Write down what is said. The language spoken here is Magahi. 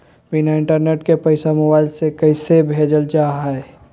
बिना इंटरनेट के पैसा मोबाइल से कैसे भेजल जा है?